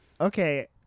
okay